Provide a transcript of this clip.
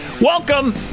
Welcome